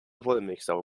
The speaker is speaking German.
wollmilchsau